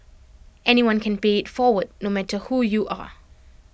anyone can pay IT forward no matter who you are